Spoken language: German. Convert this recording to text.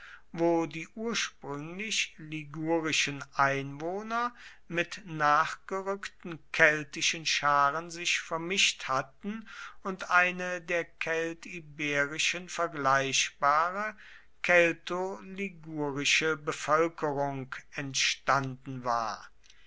wo die ursprünglich ligurischen einwohner mit nachgerückten keltischen scharen sich vermischt hatten und eine der keltiberischen vergleichbare keltoligurische bevölkerung entstanden war